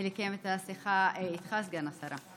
לקיים את השיחה איתך, סגן השרה.